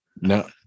no